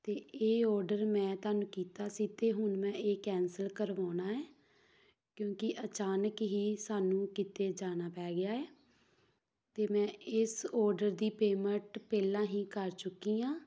ਅਤੇ ਇਹ ਔਡਰ ਮੈਂ ਤੁਹਾਨੂੰ ਕੀਤਾ ਸੀ ਅਤੇ ਹੁਣ ਮੈਂ ਇਹ ਕੈਂਸਲ ਕਰਵਾਉਣਾ ਹੈ ਕਿਉਂਕਿ ਅਚਾਨਕ ਹੀ ਸਾਨੂੰ ਕਿਤੇ ਜਾਣਾ ਪੈ ਗਿਆ ਹੈ ਅਤੇ ਮੈਂ ਇਸ ਔਡਰ ਦੀ ਪੇਮੈਂਟ ਪਹਿਲਾਂ ਹੀ ਕਰ ਚੁੱਕੀ ਹਾਂ